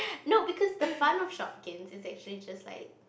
no because the fun of Shopkins is actually just like